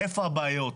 איפה הבעיות,